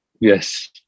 Yes